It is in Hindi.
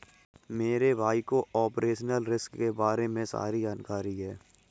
मेरे भाई को ऑपरेशनल रिस्क के बारे में सारी जानकारी है